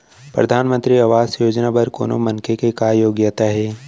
परधानमंतरी आवास योजना बर कोनो मनखे के का योग्यता हे?